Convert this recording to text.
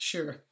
Sure